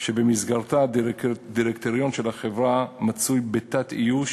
שבמסגרתה הדירקטוריון של החברה נמצא בתת-איוש